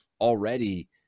already